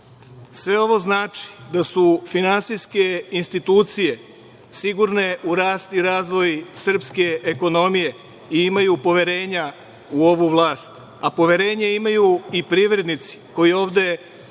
Sve ovo znači da su finansijske institucije sigurne u rast i razvoj srpske ekonomije i imaju poverenja u ovu vlast, a poverenje imaju i privrednici koji ovde otvaraju